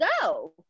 go